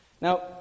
Now